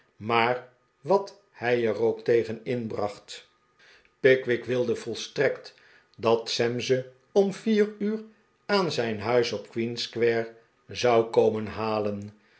maar wat hij er ook tegen inbracht pickwick wilde volstrekt dat sam ze om vier uur aan zijn huis op queen square zou komen halen